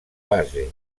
base